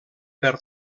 per